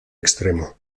extremo